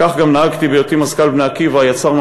וכך גם נהגתי בהיותי מזכ"ל "בני עקיבא" יצרנו